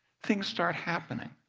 things start happening.